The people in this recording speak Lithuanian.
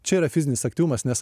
čia yra fizinis aktyvumas nes